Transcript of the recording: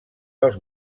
dels